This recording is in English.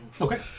Okay